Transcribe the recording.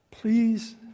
Please